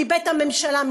מבית הממשלה,